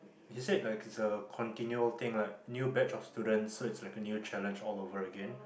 he said like it's a continual thing like new batch of students so it's like a new challenge all over again